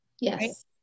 Yes